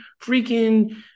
freaking